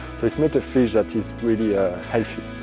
so it's not a fish that is really ah healthy.